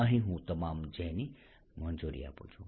અહીં હું તમામ j ની મંજૂરી આપું છું